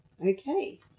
Okay